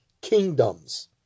kingdoms